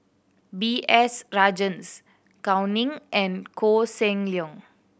B S Rajhans Gao Ning and Koh Seng Leong